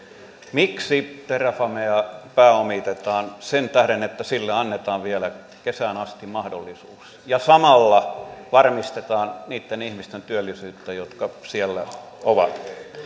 miksi terrafamea pääomitetaan sen tähden että sille annetaan vielä kesään asti mahdollisuus ja samalla varmistetaan niitten ihmisten työllisyyttä jotka siellä ovat